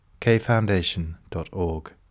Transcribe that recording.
kfoundation.org